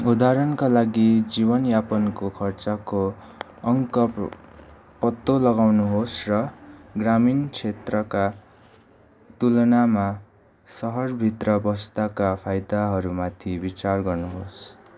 उदाहरणका लागि जीवनयापनको खर्चको अङ्क पत्तो लगाउनुहोस् र ग्रामीण क्षेत्रका तुलनामा सहरभित्र बस्दाका फाइदाहरूमाथि विचार गर्नुहोस्